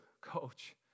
Coach